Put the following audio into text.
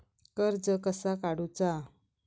कर्ज कसा काडूचा?